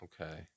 Okay